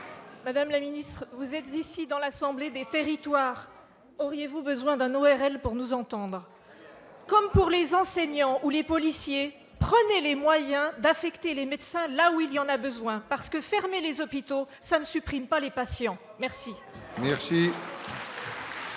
Madame la ministre, vous êtes ici dans l'assemblée des territoires. Auriez-vous besoin d'un ORL pour nous entendre ? Comme pour les enseignants ou les policiers, prenez les moyens d'affecter les médecins là où il y en a besoin, parce que, fermer les hôpitaux, cela ne supprime pas les patients ! La parole